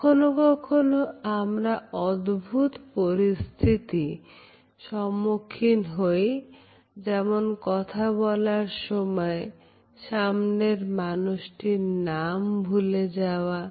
কখনও কখনও আমরা অদ্ভুত পরিস্থিতি সম্মুখীন হই যেমন কথা বলার সময় সামনের মানুষটির নাম ভুলে যাওয়া